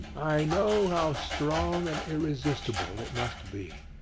i know how strong and irresistible it must be.